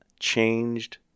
changed